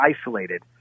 isolated